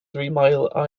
three